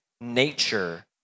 nature